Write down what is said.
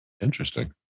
Interesting